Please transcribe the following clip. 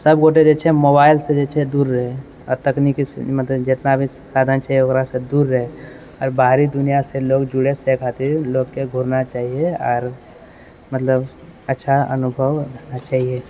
सबगोटे जे छै मोबाइलसँ जे छै दूर रहै आओर तकनिकी मतलब जेतना भी साधन छै ओकरासँ दूर रहै आओर बाहरी दुनिआसँ लोग जुड़ैसँ खातिर लोकके घूरना चाही आओर मतलब अच्छा अनुभव छै